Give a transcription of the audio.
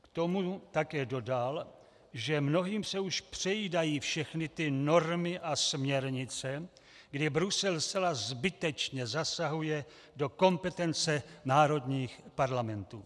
K tomu také dodal, že mnohým se už přejídají všechny ty normy a směrnice, kdy Brusel zcela zbytečně zasahuje do kompetence národních parlamentů.